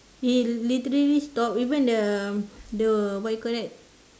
it literally stop even the the what you call that